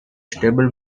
stable